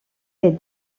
est